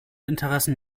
interessen